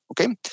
Okay